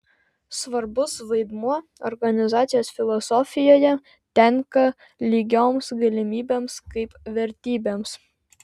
svarbus vaidmuo organizacijos filosofijoje tenka lygioms galimybėms kaip vertybėms